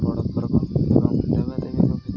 ବଡ଼ ପର୍ବ ଏବଂ ଦେବାଦେବୀଙ୍କ ଭିତରୁ